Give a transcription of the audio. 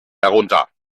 herunter